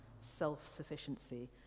self-sufficiency